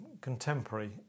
contemporary